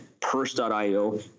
Purse.io